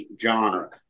genre